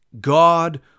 God